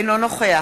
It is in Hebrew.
אינו נוכח